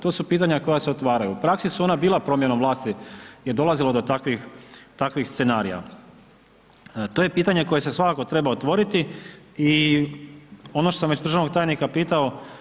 To su pitanja koja se otvaraju, u praksi su ona bila, promjenom vlasti je dolazilo do takvih, takvih scenarija, to je pitanje koje se svakako treba otvoriti i ono što sam već državnog tajnika pitao.